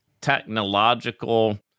technological